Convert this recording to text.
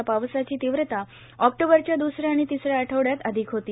या पावसाची तीव्रता ऑक्टोबरच्या द्सऱ्या आणि तिसऱ्या आठवड्यात अधिक होती